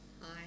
Hi